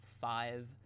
five